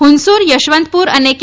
હુંસુર યશવંતપુર અને કે